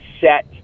set